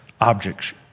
objects